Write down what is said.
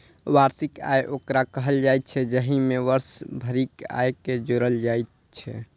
वार्षिक आय ओकरा कहल जाइत छै, जाहि मे वर्ष भरिक आयके जोड़ल जाइत छै